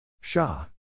Shah